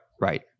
right